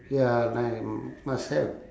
ya and I must have